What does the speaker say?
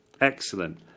excellent